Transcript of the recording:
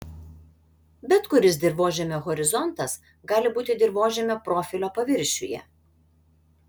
bet kuris dirvožemio horizontas gali būti dirvožemio profilio paviršiuje